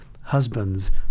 husbands